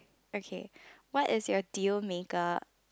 okay what is your deal maker